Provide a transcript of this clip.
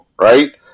right